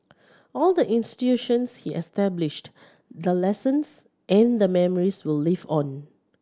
all the institutions he established the lessons and the memories will live on